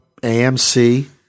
AMC